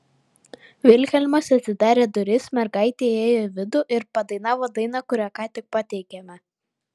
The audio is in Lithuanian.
vilhelmas atidarė duris mergaitė įėjo į vidų ir padainavo dainą kurią ką tik pateikėme